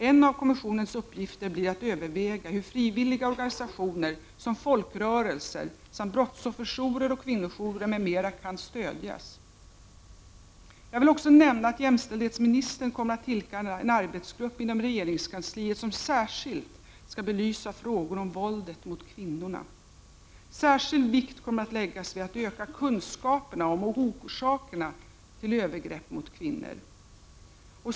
En av kommissionens uppgifter blir att överväga hur frivilliga organisationer som folkrörelser samt brottsofferjourer och kvinnojourer m.m. kan stödjas. Jag vill också nämna att jämställdhetsministern kommer att tillkalla en arbetsgrupp inom regeringskansliet, som särskilt skall belysa frågor om våldet mot kvinnorna. Särskild vikt kommer att läggas vid att öka kunskaperna om och orsakerna till övergrepp mot kvinnor.